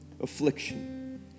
affliction